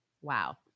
wow